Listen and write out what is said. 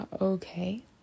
Okay